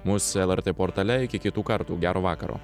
mus lrt portale iki kitų kartų gero vakaro